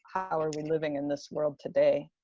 how are we living in this world today?